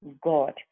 God